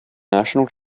national